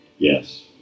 Yes